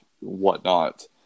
whatnot